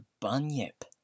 bunyip